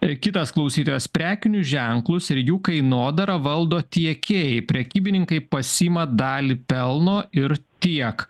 kitas klausytojas prekinius ženklus ir jų kainodarą valdo tiekėjai prekybininkai pasiima dalį pelno ir tiek